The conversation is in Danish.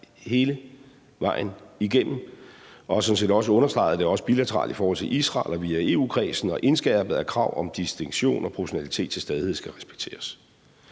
hele vejen igennem, og vi har sådan set også understreget det bilateralt i forhold til Israel og via EU-kredsen og indskærpet, at krav om distinktion og proportionalitet til stadighed skal respekteres.